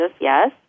yes